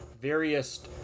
various